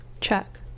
check